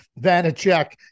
Vanacek